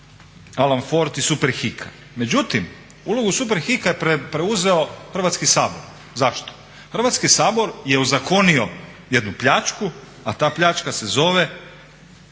Alan Ford i Superhika. Međutim, ulogu Superhika je preuzeo Hrvatski sabor. Zašto? Hrvatski sabor je ozakonio jednu pljačku a ta pljačka se zove